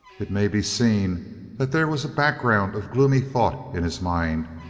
it may be seen that there was a background of gloomy thought in his mind,